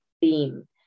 theme